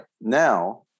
Now